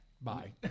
Bye